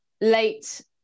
late